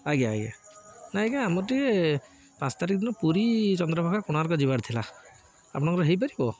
ଆଜ୍ଞା ଆଜ୍ଞା ନାଇଁ ଆଜ୍ଞା ଆମର ଟିକେ ପାଞ୍ଚ ତାରିଖ ଦିନ ପୁରୀ ଚନ୍ଦ୍ରଭାଗା କୋଣାର୍କ ଯିବାର ଥିଲା ଆପଣଙ୍କର ହେଇପାରିବ